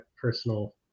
personal